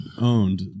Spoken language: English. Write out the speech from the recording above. owned